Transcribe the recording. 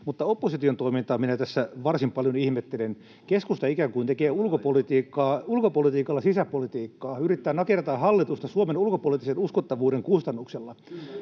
opposition toimintaa minä tässä varsin paljon ihmettelen. Keskusta ikään kuin tekee ulkopolitiikalla sisäpolitiikkaa, yrittää nakertaa hallitusta Suomen ulkopoliittisen uskottavuuden kustannuksella,